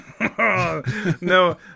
No